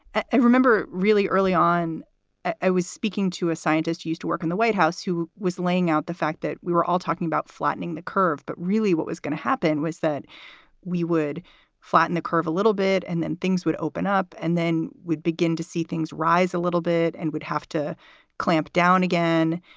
i remember really early on i was speaking to a scientist. i used to work in the white house who was laying out the fact that we were all talking about flattening the curve. but really what was gonna happen was that we would flatten the curve a little bit and then things would open up and then we'd begin to see things rise a little bit and we'd have to clamp down again.